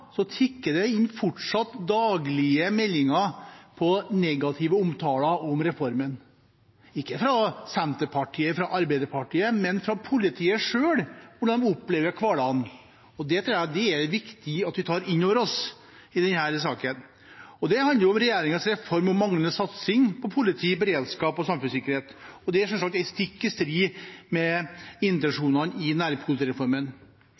tikker det fortsatt inn daglige meldinger om negative omtaler av reformen – ikke fra Senterpartiet eller Arbeiderpartiet, men fra politiet selv om hvordan de opplever hverdagen. Det tror jeg det er viktig at vi tar inn over oss i denne saken. Det handler om regjeringens reform og manglende satsing på politi, beredskap og samfunnssikkerhet. Det er selvsagt stikk i strid med